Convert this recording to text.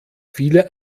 viele